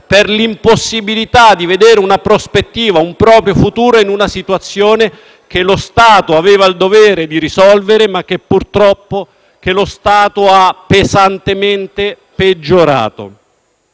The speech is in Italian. e l’impossibilità di vedere una prospettiva e un proprio futuro in una situazione che lo Stato aveva il dovere di risolvere, ma che purtroppo ha pesantemente peggiorato.